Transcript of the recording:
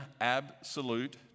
absolute